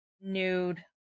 nude